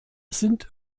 sind